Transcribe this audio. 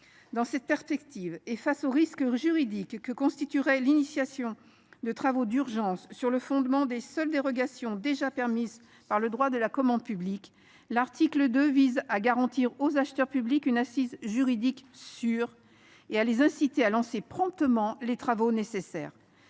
Dans cette perspective, et face au risque juridique que constituerait l’initiation de travaux d’urgence sur le fondement des seules dérogations déjà permises par le droit de la commande publique, l’article 2 vise à garantir aux acheteurs publics une assise juridique sûre et à les inciter à lancer promptement les travaux nécessaires.